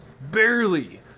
barely